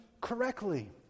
correctly